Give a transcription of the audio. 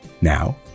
Now